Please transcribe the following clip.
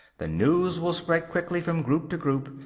the news will spread quickly from group to group,